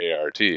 ART